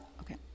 Okay